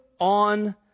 on